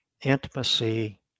intimacy